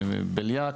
בליאק.